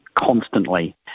Constantly